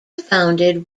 founded